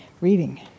reading